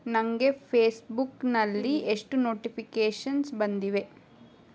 ನನಗೆ ಫೇಸ್ಬುಕ್ನಲ್ಲಿ ಎಷ್ಟು ನೋಟಿಫಿಕೇಷನ್ಸ್ ಬಂದಿವೆ